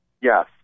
yes